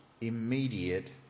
immediate